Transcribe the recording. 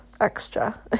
extra